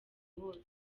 hose